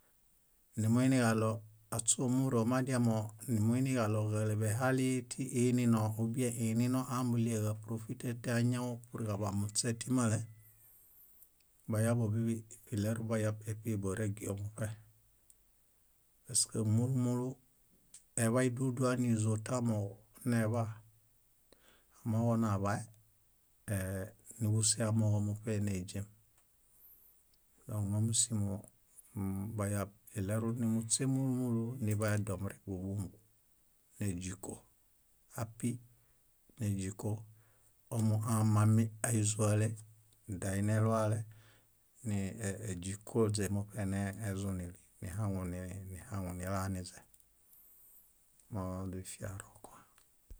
. Numuiniġaɭo áśoomuro madiamo númuiġaɭoġaleḃehali tiinino ubiẽ inino ámbuɭiekaprofite tañaw purġaḃamuśe timale, bayabo bíḃi iɭerubayab épi boregio. Esk múlu múlu, eḃay dúlu dúlu nízotamooġo neḃa. Amooġo naḃae ee- núġuse amooġomuṗe néźem. Dõk mómusimo bayab iɭerunimuśe múlu múlu niḃaedom rek móbomo néźiko api, néźiko ómu amami, áizuale, daineluale, ni- ni- éźikoźe muṗe nezunili nihaŋunilaniźe. Moźifiakua.